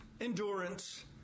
endurance